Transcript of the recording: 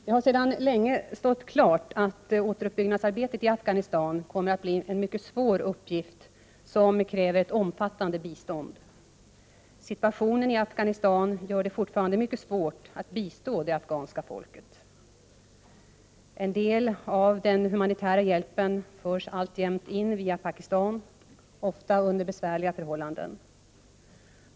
Det har sedan länge stått klart att återuppbyggnadsarbetet i Afghanistan kommer att bli en mycket svår uppgift som kräver ett omfattande bistånd. Situationen i Afghanistan gör det fortfarande mycket svårt att bistå det afghanska folket. En del av den humanitära hjälpen förs alltjämt in via Pakistan — ofta under besvärliga förhållanden.